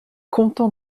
content